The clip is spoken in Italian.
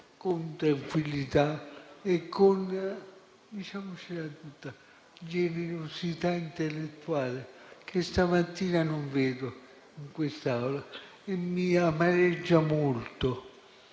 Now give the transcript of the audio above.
tranquillità e - diciamocela tutta - con generosità intellettuale, che stamattina non vedo in quest'Aula. Ciò mi amareggia molto